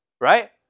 right